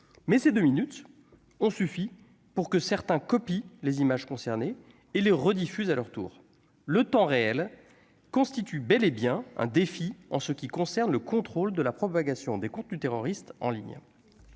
mais ces deux minutes ont suffi pour que certains copie les images concernées et les rediffusent à leur tour le temps réel constitue bel et bien un défi en ce qui concerne le contrôle de la propagation des cours du terroriste en ligne